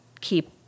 keep